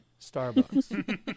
Starbucks